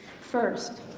First